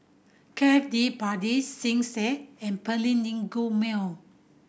Cafe De Paris Schick and Perllini Mel